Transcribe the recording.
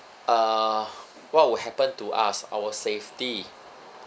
uh what will happen to us our safety